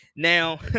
Now